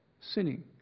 sinning